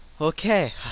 Okay